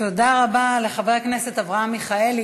תודה רבה לחבר הכנסת אברהם מיכאלי.